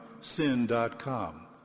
sin.com